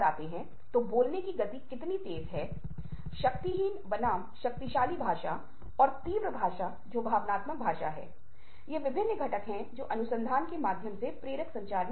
अब हम सुनने वाले तत्व पर आते हैं और हम लिसनिंग के विभिन्न स्वीकारों पर ध्यान केंद्रित करते हैं